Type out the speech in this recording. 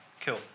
Cool